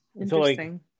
Interesting